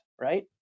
right